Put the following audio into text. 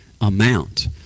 amount